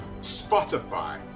spotify